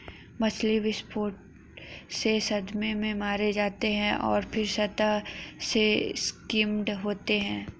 मछली विस्फोट से सदमे से मारे जाते हैं और फिर सतह से स्किम्ड होते हैं